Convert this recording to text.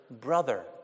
brother